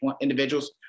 individuals